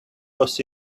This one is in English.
was